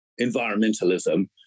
environmentalism